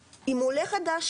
ולקיים ממש את הדיון הזה,